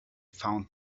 found